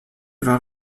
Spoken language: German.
war